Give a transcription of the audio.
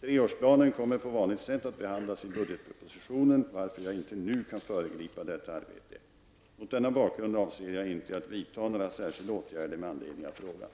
Treårsplanen kommer på vanligt sätt att behandlas i budgetpropositionen, varför jag inte nu kan föregripa detta arbete. Mot denna bakgrund avser jag inte att vidta några särskilda åtgärder med anledning av frågan.